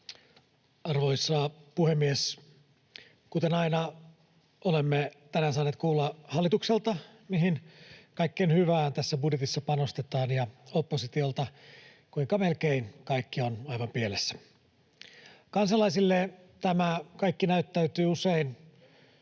Arvoisa puhemies! Kuten aina, olemme tänään saaneet kuulla hallitukselta, mihin kaikkeen hyvään tässä budjetissa panostetaan, ja oppositiolta, kuinka melkein kaikki on aivan pielessä. Kansalaisille tämä kaikki näyttäytyy usein